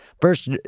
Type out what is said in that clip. First